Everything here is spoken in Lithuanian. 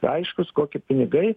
aiškūs kokie pinigai